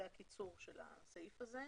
זה קיצור הסעיף הזה.